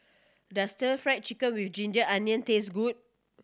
does Stir Fry Chicken with ginger onion taste good